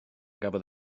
gafodd